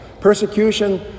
persecution